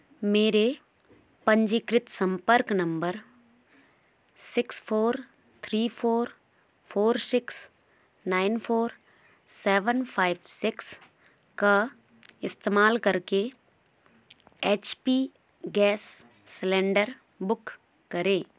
मेरे पंजीकृत संपर्क नंबर six four three four four six nine four seven five six का इस्तेमाल करके H P gas cylinder book करें